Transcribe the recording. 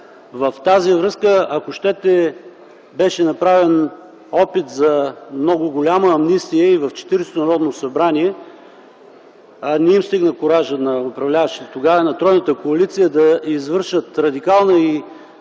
В тази връзка, ако щете, беше направен опит за много голяма амнистия и в Четиридесетото Народно събрание не им стигна куражът на управляващите тогава, на тройната коалиция, да извършат радикална